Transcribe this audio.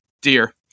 dear